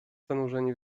zanurzeni